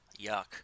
yuck